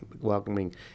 welcoming